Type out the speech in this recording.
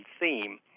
theme